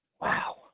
Wow